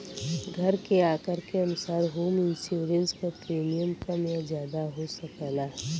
घर के आकार के अनुसार होम इंश्योरेंस क प्रीमियम कम या जादा हो सकला